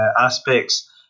aspects